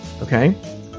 okay